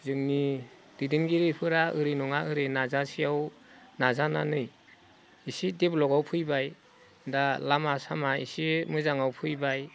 जोंनि दैदेनगिरिफोरा ओरै नङा ओरै नाजासेयाव नाजानानै एसे डेभेलपाव फैबाय दा लामा सामा एसे मोजाङाव फैबाय